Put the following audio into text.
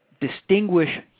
distinguish